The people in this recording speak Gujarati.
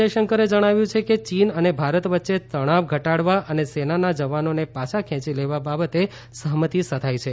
જયશંકરે જણાવ્યું છે કે ચીન અને ભારત વચ્ચે તણાવ ઘટાડવા તથા સેનાના જવાનોને પાછા ખેંચી લેવા બાબતે સહમતી સધાઇ છે